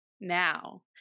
Now